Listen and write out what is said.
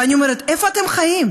ואני אומרת: איפה אתם חיים?